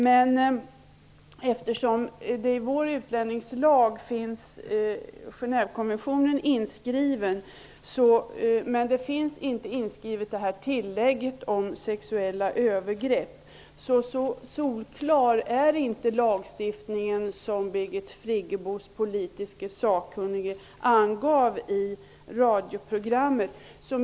Genèvekonventionen är inskriven i vår utlänningslag men så är inte fallet med detta tillägg om sexuella övergrepp. Lagstiftningen är alltså inte så solklar som Birgit Friggebos politiske sakkunnige angav i ett radioprogram.